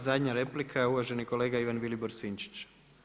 I zadnja replika je uvaženi kolega Ivan Vilibor Sinčić.